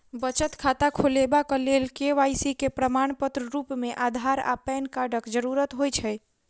बचत खाता खोलेबाक लेल के.वाई.सी केँ प्रमाणक रूप मेँ अधार आ पैन कार्डक जरूरत होइ छै